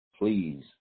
Please